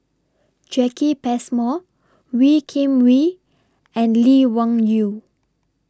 Jacki Passmore Wee Kim Wee and Lee Wung Yew